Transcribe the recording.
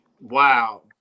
Wow